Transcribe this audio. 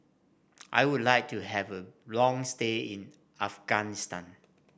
I would like to have a long stay in Afghanistan